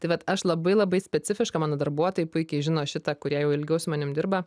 taip vat aš labai labai specifiška mano darbuotojai puikiai žino šitą kurie jau ilgiau su manim dirba